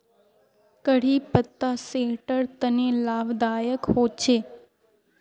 करी पत्ता सेहटर तने लाभदायक होचे